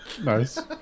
nice